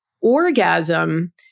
orgasm